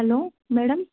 hello madam